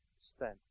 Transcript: spent